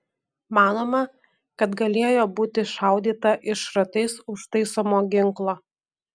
manoma kad galėjo būti šaudyta iš šratais užtaisomo ginklo